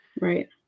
Right